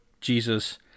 Jesus